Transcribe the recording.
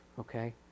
okay